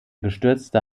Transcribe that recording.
gestürzte